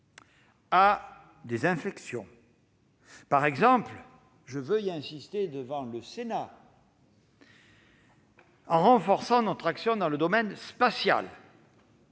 à des inflexions, par exemple- je veux y insister devant le Sénat -en renforçant notre action dans le domaine spatial.